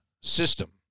system